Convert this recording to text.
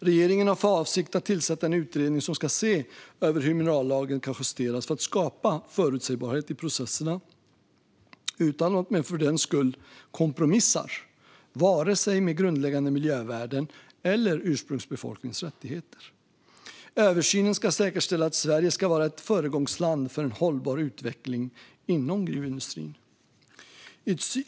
Regeringen har för avsikt att tillsätta en utredning som ska se över hur minerallagen kan justeras för att skapa förutsebarhet i processerna utan att man för den skull kompromissar med vare sig grundläggande miljövärden eller ursprungsbefolkningens rättigheter. Översynen ska säkerställa att Sverige kan vara ett föregångsland för en hållbar utveckling inom gruvindustrin.